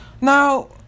now